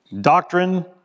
doctrine